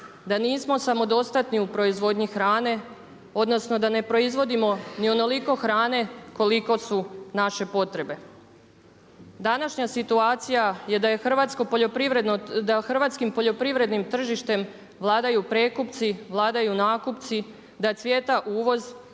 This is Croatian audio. da nismo samodostatni u proizvodnji hrane odnosno da ne proizvodimo ni onoliko hrane koliko su naše potrebe. Današnja situacija je da hrvatskim poljoprivrednim tržištem vladaju prekupci, vladaju nakupci, da cvjeta uvoz